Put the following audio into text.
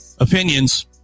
Opinions